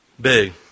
Big